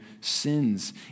sins